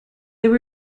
there